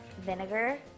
vinegar